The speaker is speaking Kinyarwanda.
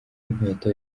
inkweto